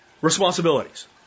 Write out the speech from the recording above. Responsibilities